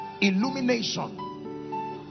illumination